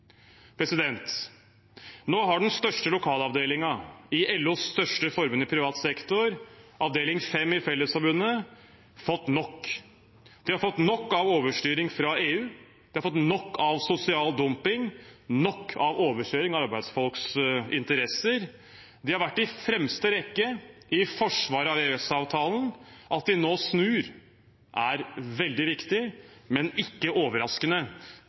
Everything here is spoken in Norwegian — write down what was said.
Nå har den største lokalavdelingen i LOs største forbund i privat sektor, Avdeling 5 i Fellesforbundet, fått nok. De har fått nok av overstyring fra EU. De har fått nok av sosial dumping og overkjøring av arbeidsfolks interesser. De har vært i fremste rekke i forsvaret av EØS-avtalen, og at de nå snur, er veldig viktig, men ikke overraskende.